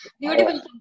beautiful